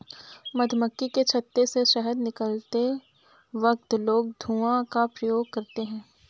मधुमक्खी के छत्ते से शहद निकलते वक्त लोग धुआं का प्रयोग करते हैं